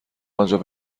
آنجا